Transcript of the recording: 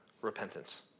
repentance